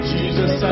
Jesus